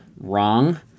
wrong